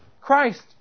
Christ